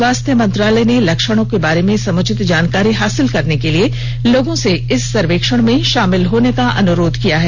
स्वास्थ्य मंत्रालय ने लक्षणों के बारे में समुचित जानकारी हासिल करने के लिए लोगों से इस सर्वेक्षण में शामिल होने का अनुरोध किया है